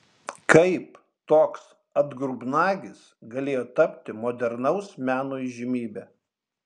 kaip toks atgrubnagis galėjo tapti modernaus meno įžymybe